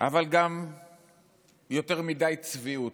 אבל גם יותר מדי צביעות,